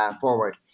forward